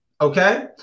Okay